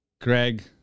Greg